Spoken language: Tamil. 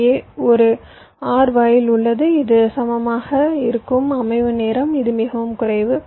இங்கே ஒரு OR வாயில் உள்ளது இது சமமாக இருக்கும் அமைவு நேரம் இது மிகவும் குறைவு